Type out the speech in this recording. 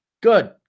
Good